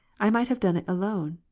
i might have done it alone,